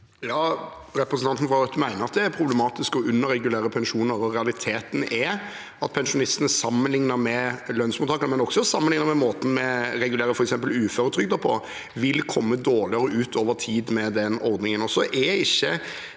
Ja, representan- ten fra Rødt mener at det er problematisk å underregulere pensjoner. Realiteten er at pensjonistene, sammenlignet med lønnsmottakerne, men også sammenlignet med måten vi regulerer f.eks. uføretrygden på, vil komme dårligere ut over tid med den ordningen. Rødt og denne